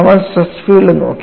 നമ്മൾ stress field നോക്കി